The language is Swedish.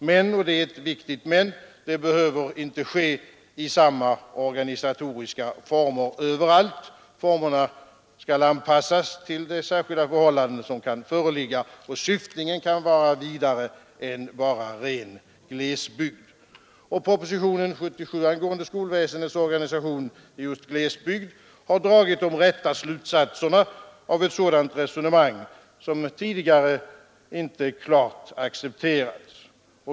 Men — och det är ett viktigt men — det behöver inte ske i samma organisatoriska former överallt. Formerna kan anpassas till de särskilda förhållanden som kan föreligga, och syftningen kan vara vidare än bara ren glesbygd. Propositionen 77 angående skolväsendets organisation i glesbygd m.m. har dragit de rätta slutsatserna av ett sådant resonemang, som tidigare inte klart har accepterats.